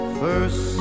first